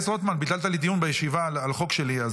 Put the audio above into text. ביטלת לי דיון בישיבה על חוק שלי,